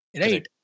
Right